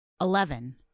Eleven